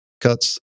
cuts